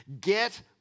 Get